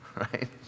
right